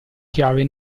chiave